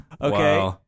Okay